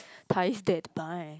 ties that buy